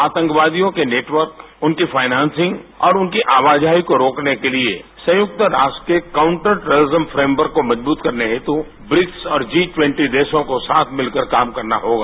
आतंकवादियों के नेटवर्क उनकी फाइनैनसिंग और उनकी आवाजाही को रोकने के लिए संयक्त राष्ट्र के काउन्टर टैपोरिजम फ्रेम्बर को मजबत करने हेत ब्रिक्स और जी टवेंटी देशों को साथ मिलकर काम करना होगा